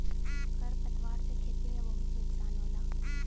खर पतवार से खेती में बहुत नुकसान होला